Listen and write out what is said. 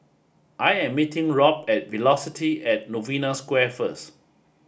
I am meeting Robb at Velocity at Novena Square first